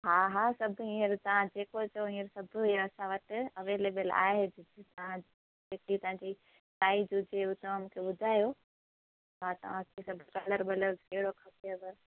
हा हा सभु हींअर तव्हां जेको चओ हींअर सभु असां वटि अवेलिबल आहे जेकी तव्हां जी साइज हुजे हू तव्हां मूंखे ॿुधायो मां तव्हां खे सभु कलर बलर कहिड़ो खपेव